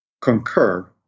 concur